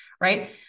Right